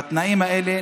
בתנאים האלה,